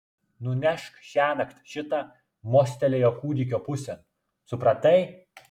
nunešk šiąnakt šitą mostelėjo kūdikio pusėn supratai